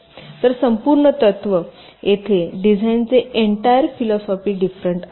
तर संपूर्ण तत्व येथे डिझाइनचे एंटायर फिलॉसॉफी डिफरेंट आहे